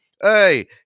hey